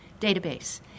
database